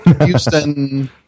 Houston